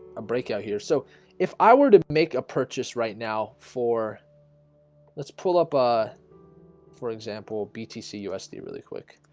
a breakout here, so if i were to make a purchase right now for let's pull up a for example btc usd really quick